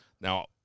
Now